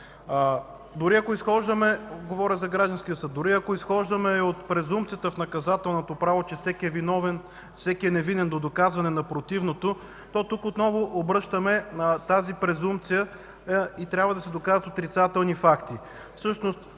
Дори ако изхождаме от презумпцията в наказателното право, че всеки е невинен до доказване на противното, то тук отново обръщаме тази презумпция и трябва да се доказват отрицателни факти.